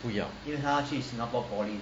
他不要